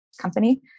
company